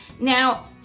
Now